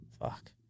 fuck